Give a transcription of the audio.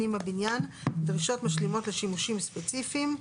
פנים הבניין דרישות משלימות לשימושים ספציפיים,